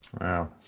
Wow